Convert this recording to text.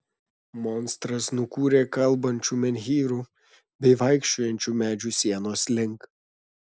monstras nukūrė kalbančių menhyrų bei vaikščiojančių medžių sienos link